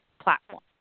platform